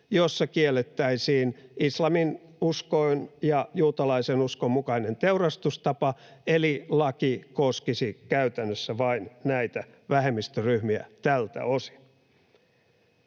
jossa kiellettäisiin islaminuskon ja juutalaisen uskon mukainen teurastustapa, eli laki koskisi käytännössä vain näitä vähemmistöryhmiä tältä osin.